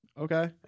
Okay